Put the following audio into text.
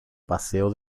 paseo